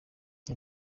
jye